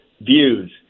views